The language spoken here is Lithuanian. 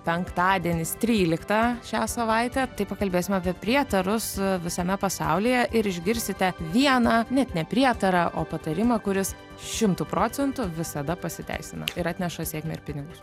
penktadienis trylikta šią savaitę tai pakalbėsim apie prietarus visame pasaulyje ir išgirsite vieną net ne prietarą o patarimą kuris šimtu procentų visada pasiteisina ir atneša sėkmę ir pinigus